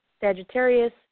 sagittarius